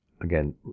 again